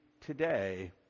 today